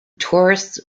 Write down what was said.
tourists